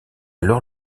alors